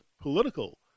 political